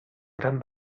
gran